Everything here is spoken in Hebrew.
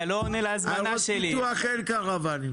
לעיירות פיתוח אין קרוואנים.